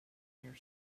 near